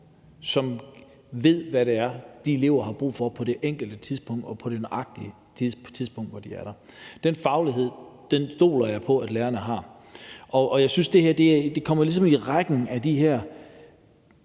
som ved, hvad det er, de enkelte elever har brug for på nøjagtig det tidspunkt, hvor de er. Den faglighed stoler jeg på at lærerne har. Jeg synes, det her kommer ind i rækken af de her